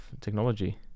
technology